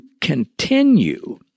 continue